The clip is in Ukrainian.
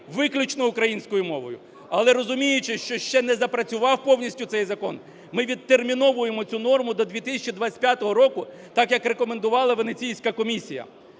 виключно українською мовою. Але, розуміючи, що ще не запрацював повністю цей закон, ми відтерміновуємо цю норму до 2025 року так як рекомендувала Венеційська комісія.